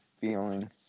feeling